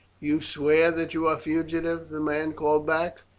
you swear that you are fugitives, the man called back.